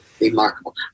Remarkable